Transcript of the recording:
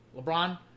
LeBron